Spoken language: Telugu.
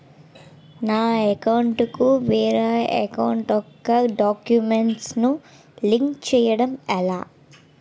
నా అకౌంట్ కు వేరే అకౌంట్ ఒక గడాక్యుమెంట్స్ ను లింక్ చేయడం ఎలా?